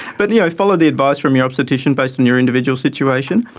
but yeah follow the advice from your obstetrician based on your individual situation.